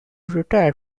retired